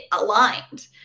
aligned